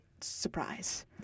surprise